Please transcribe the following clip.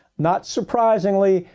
not surprisingly,